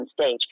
stage